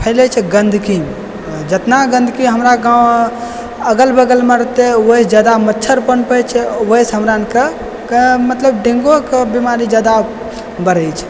फैलै छै गन्दगीमे जेतना गन्दगी हमरा गाँव अगल बगलमे रहतै उहे जादा मच्छर पनपै छै वहीँसँ हमरा आनके मतलब डेंगुके बीमारी जादा बढ़ै छै